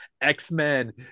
X-Men